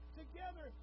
together